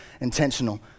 intentional